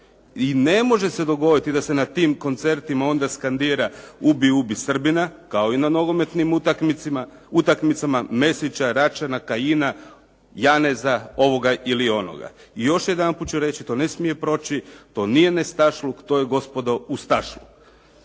I ne može se dogoditi da se na tim koncertima onda skandira "Ubi, ubi Srbina!" kao i na nogometnim utakmicama Mesića, Račana, Kajina, Janeza ovoga ili onoga. I još jednaputa ću reći, to ne smije proći, to nije nestašluk, to je gospodo Ustašluk.